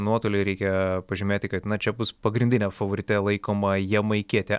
nuotoly reikia pažymėti kad na čia bus pagrindine favorite laikoma jamaikietė